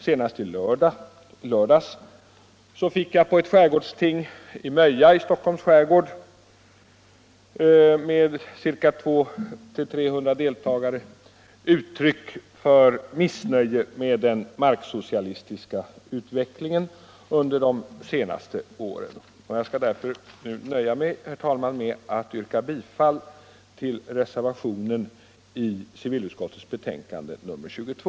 Senast i lördags fick jag vid ett skärgårdsting på Möja i Stockholms skärgård med 200-300 deltagare uttryck för missnöje med den marksocialistiska utvecklingen under de senaste åren. Jag nöjer mig därför med att yrka bifall till reservationen vid civilutskottets betänkande nr 22.